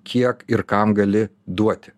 kiek ir kam gali duoti